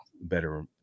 better